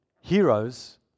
Heroes